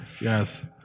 Yes